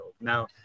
now